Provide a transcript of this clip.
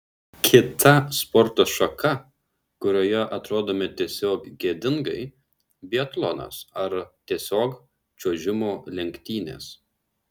kita sporto šaka kurioje atrodome tiesiog gėdingai biatlonas ar tiesiog čiuožimo lenktynės